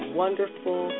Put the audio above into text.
wonderful